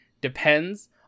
depends